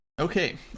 Okay